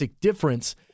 difference